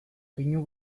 pinu